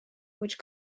which